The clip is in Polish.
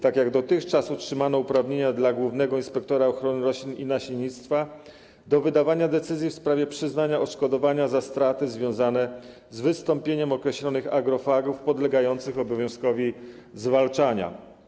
Tak jak dotychczas, utrzymano uprawnienia dla głównego inspektora ochrony roślin i nasiennictwa do wydawania decyzji w sprawie przyznania odszkodowania za straty związane z wystąpieniem określonych agrofagów podlegających obowiązkowi zwalczania.